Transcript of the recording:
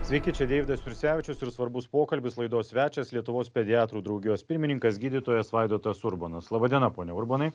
sveiki čia deividas jursevičius ir svarbus pokalbis laidos svečias lietuvos pediatrų draugijos pirmininkas gydytojas vaidotas urbonas laba diena pone urbonai